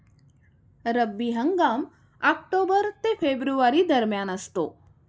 रब्बी हंगाम ऑक्टोबर ते फेब्रुवारी दरम्यान असतो